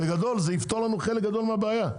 בגדול זה יפתור לנו חלק גדול מהבעיה,